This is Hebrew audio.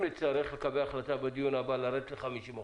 אם נצטרך לקבל החלטה בדיון הבא לרדת ל-50%,